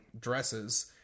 dresses